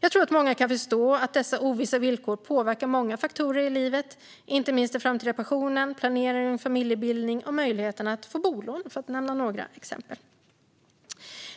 Jag tror att många kan förstå att dessa ovissa villkor påverkar många faktorer i livet, inte minst den framtida pensionen, planeringen runt familjebildning och möjligheten att få bolån, för att nämna några exempel.